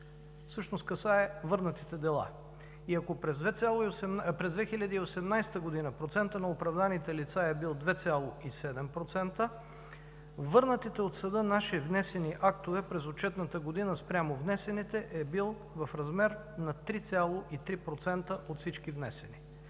всъщност касае върнатите дела и, ако през 2018 г. процентът на оправданите лица е бил 2,7%, върнатите от съда наши внесени актове през отчетната година спрямо внесените е бил в размер на 3,3% от всички внесени.